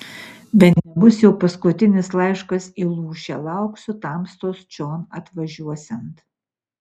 tai bene bus jau paskutinis laiškas į lūšę lauksiu tamstos čion atvažiuosiant